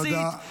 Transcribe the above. תודה, תודה.